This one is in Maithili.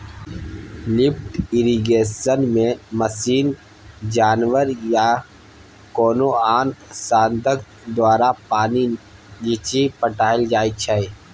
लिफ्ट इरिगेशनमे मशीन, जानबर या कोनो आन साधंश द्वारा पानि घीचि पटाएल जाइ छै